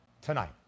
tonight